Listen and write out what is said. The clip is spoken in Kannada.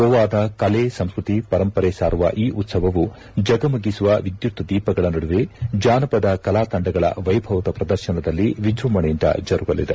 ಗೋವಾದ ಕಲೆ ಸಂಸ್ಟತಿ ಪರಂಪರೆ ಸಾರುವ ಈ ಉತ್ತವವು ಜಗಮಗಿಸುವ ವಿದ್ಯುತ್ ದೀಪಗಳ ನಡುವೆ ಜಾನಪದ ಕಲಾತಂಡಗಳ ವೈಭವದ ಪ್ರದರ್ಶನದಲ್ಲಿ ವಿಜೃಂಭಣೆಯಿಂದ ಜರುಗಲಿದೆ